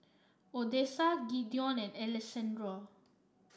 Odessa Gideon and Alessandro